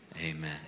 amen